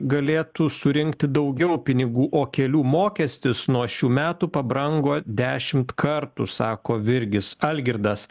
galėtų surinkti daugiau pinigų o kelių mokestis nuo šių metų pabrango dešimt kartų sako virgis algirdas